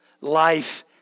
Life